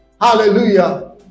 Hallelujah